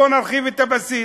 בואו נרחיב את הבסיס.